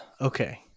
Okay